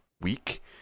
week